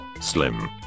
slim